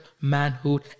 manhood